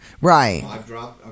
Right